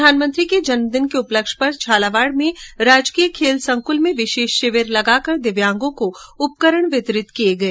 प्रधानमंत्री के जन्मदिन के उपलक्ष्य पर झालावाड़ में राजकीय खेल संकृल में विशेष शिविर लगा कर दिव्यागों को उपकरण वितरित किए गए